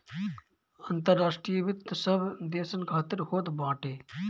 अंतर्राष्ट्रीय वित्त सब देसन खातिर होत बाटे